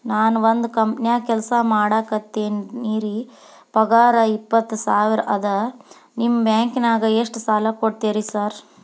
ನಾನ ಒಂದ್ ಕಂಪನ್ಯಾಗ ಕೆಲ್ಸ ಮಾಡಾಕತೇನಿರಿ ಪಗಾರ ಇಪ್ಪತ್ತ ಸಾವಿರ ಅದಾ ನಿಮ್ಮ ಬ್ಯಾಂಕಿನಾಗ ಎಷ್ಟ ಸಾಲ ಕೊಡ್ತೇರಿ ಸಾರ್?